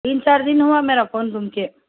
تین چار دن ہوا میرا فون گم کے